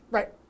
Right